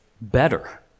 better